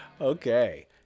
Okay